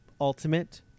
ultimate